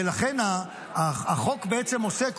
ולכן החוק בעצם עושה,